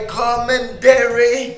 commentary